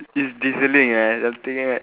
it's drizzling right the thing right